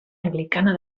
anglicana